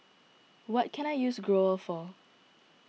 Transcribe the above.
what can I use Growell for